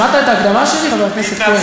שמעת את ההקדמה שלי, חבר הכנסת כהן?